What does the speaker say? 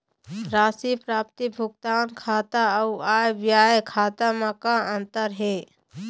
राशि प्राप्ति भुगतान खाता अऊ आय व्यय खाते म का अंतर हे?